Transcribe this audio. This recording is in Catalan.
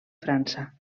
frança